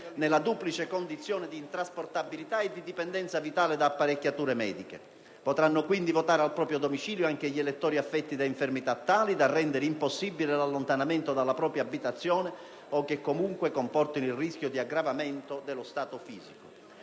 nella duplice condizione di intrasportabilità e di dipendenza vitale da apparecchiature mediche. Potranno quindi votare al proprio domicilio anche gli elettori affetti da infermità tali da rendere impossibile l'allontanamento dalla propria abitazione o che comunque comportino il rischio di aggravamento dello stato fisico.